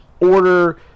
order